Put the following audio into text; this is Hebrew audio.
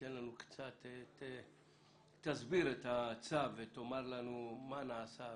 שתסביר את הצו ותאמר לנו מה נעשה,